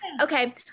Okay